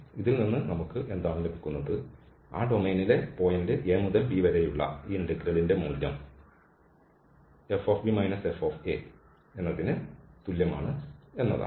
ഇതിൽ നിന്ന് നമുക്ക് എന്താണ് ലഭിക്കുന്നത് ആ ഡൊമെയ്നിലെ പോയിന്റ് a മുതൽ b വരെയുള്ള ഈ ഇന്റഗ്രൽൻറെ മൂല്യം fb f എന്നതിന് തുല്യമാണ് എന്നതാണ്